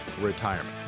retirement